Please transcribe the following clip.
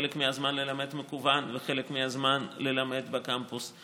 חלק מהזמן ללמד מקוון וחלק מהזמן ללמד בקמפוס.